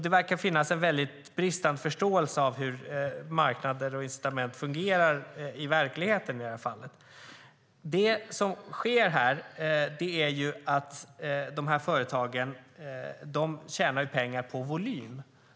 Det verkar finnas en väldigt bristande förståelse för hur marknader och incitament fungerar i verkligheten. Det som sker är att företagen tjänar pengar på volym.